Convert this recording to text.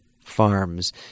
farms